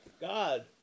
god